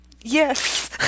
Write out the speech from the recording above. Yes